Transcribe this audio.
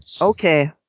Okay